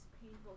painful